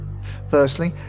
Firstly